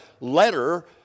letter